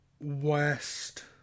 West